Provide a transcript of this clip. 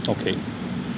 okay